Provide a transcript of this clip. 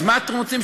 אז מה אתם רוצים?